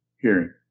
hearing